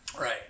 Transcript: Right